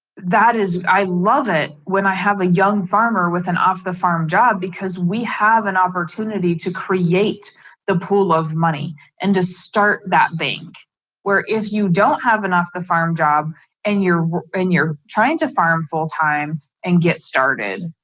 that is i love it when i have a young farmer with an off the farm job because we have an opportunity to create the pool of money and just start that thing where if you don't have enough the farm job and you're and you're trying to farm full time and get started,